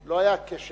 לא היה קשר